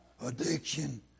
Addiction